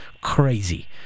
crazy